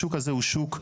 השוק הזה הוא שוק,